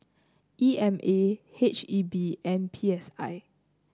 E M A H E B and P S I